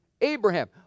Abraham